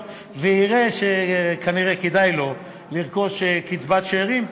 ויראה שכנראה כדאי לו לרכוש קצבת שאירים.